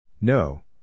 No